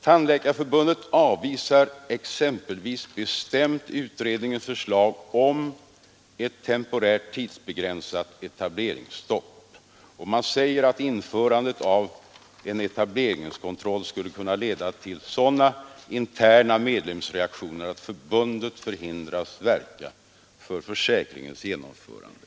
Tandläkarförbundet avvisar exempelvis bestämt utredningens förslag om ett temporärt tidsbegränsat etableringsstopp, och man säger att införandet av en etableringskontroll skulle kunna leda till sådana interna medlemsaktioner att förbundet hindras verka för försäkringens genomförande.